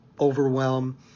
overwhelm